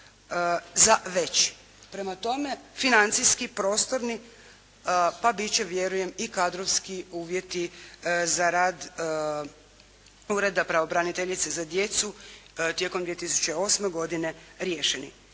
za veći. Prema tome financijski, prostorni pa biti će vjerujem i kadrovski uvjeti za rad Ureda pravobraniteljice za djecu tijekom 2008. godine riješeni.